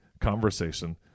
conversation